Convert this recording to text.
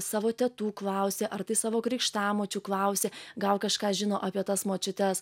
savo tetų klausė ar tai savo krikštamočių klausė gal kažką žino apie tas močiutes